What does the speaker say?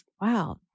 Wow